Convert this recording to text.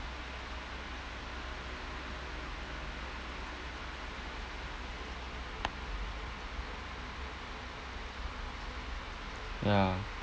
ya